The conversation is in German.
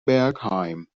bergheim